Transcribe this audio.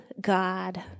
God